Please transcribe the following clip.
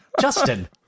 Justin